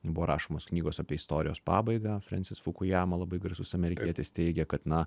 buvo rašomos knygos apie istorijos pabaigą frensis fukujama labai garsus amerikietis teigė kad na